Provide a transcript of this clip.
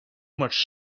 much